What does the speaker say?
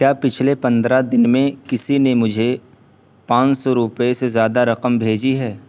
کیا پچھلے پندرہ دن میں کسی نے مجھے پان سو روپے سے زیادہ رقم بھیجی ہے